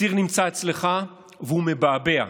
הסיר נמצא אצלך והוא מבעבע.